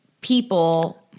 people